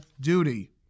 duty